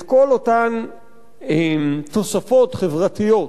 את כל אותן תוספות חברתיות